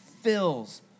fills